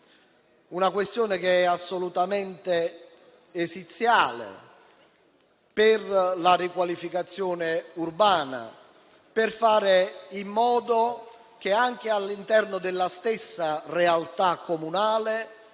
una questione assolutamente esiziale per la riqualificazione urbana e per fare in modo che, all'interno della stessa realtà comunale,